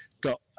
got